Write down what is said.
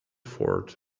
fort